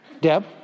Deb